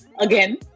again